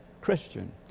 Christian